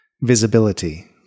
Visibility